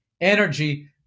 energy